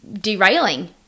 derailing